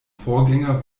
vorgänger